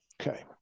Okay